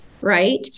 right